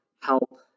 help